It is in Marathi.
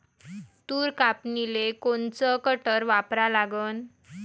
तूर कापनीले कोनचं कटर वापरा लागन?